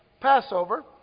Passover